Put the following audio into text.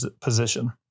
position